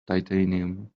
titanium